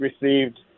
received